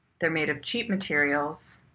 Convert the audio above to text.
they're made of cheap materials,